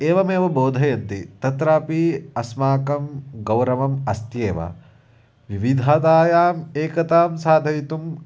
एवमेव बोधयन्ति तत्रापि अस्माकं गौरवम् अस्त्येव विविधतायाम् एकतां साधयितुम्